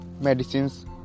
medicines